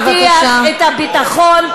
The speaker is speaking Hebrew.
אם פעם היו אומרים: אתם לא מעזים,